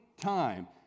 time